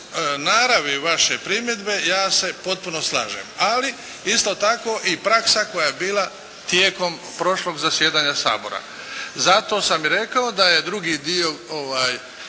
naravi vaše primjedbe ja se potpuno slažem. Ali isto tako i praksa koja je bila tijekom prošlog zasjedanja Sabora. Zato sam i rekao da je drugi dio